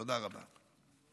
תודה רבה.